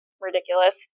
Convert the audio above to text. ridiculous